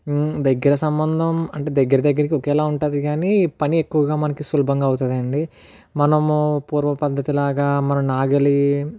దగ్గర సంబంధం అంటే దగ్గరదగ్గరికి ఒకేలా ఉంటుంది కానీ పని ఎక్కువుగా మనకి సులభంగా అవుతుందండి మనము పూర్వ పద్ధతిలాగ మన నాగలి